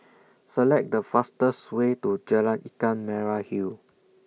Select The fastest Way to Jalan Ikan Merah Hill